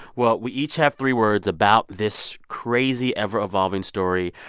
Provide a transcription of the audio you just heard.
well, we each have three words about this crazy, ever-evolving story.